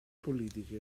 politiche